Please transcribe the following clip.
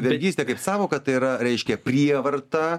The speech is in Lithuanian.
vergystė kaip sąvoka tai yra reiškia prievarta